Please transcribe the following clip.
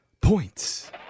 Points